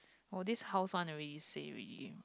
oh this house one already say already